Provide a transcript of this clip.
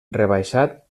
rebaixat